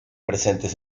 presentes